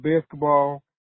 basketball